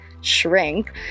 shrink